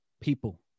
people